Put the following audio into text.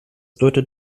deutet